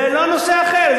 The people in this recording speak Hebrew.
זה לא נושא אחר,